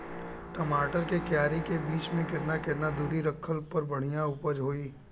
टमाटर के क्यारी के बीच मे केतना केतना दूरी रखला पर बढ़िया उपज होई?